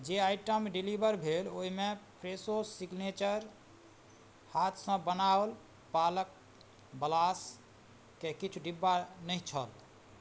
जे item deliver भेल ओहिमे फ्रेशो सिग्नेचर हाथसे बनाओल पालक ब्लासके किछु डिब्बा नहि छल